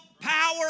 power